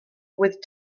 with